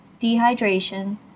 dehydration